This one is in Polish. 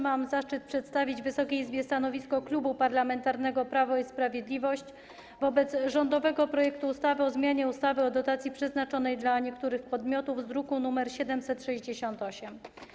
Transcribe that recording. Mam zaszczyt przedstawić Wysokiej Izbie stanowisko Klubu Parlamentarnego Prawo i Sprawiedliwość wobec rządowego projektu ustawy o zmianie ustawy o dotacji przeznaczonej dla niektórych podmiotów z druku nr 768.